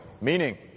meaning